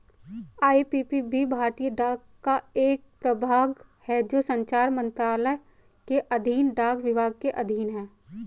IPPB भारतीय डाक का एक प्रभाग है जो संचार मंत्रालय के अधीन डाक विभाग के अधीन है